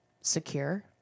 secure